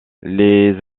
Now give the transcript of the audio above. les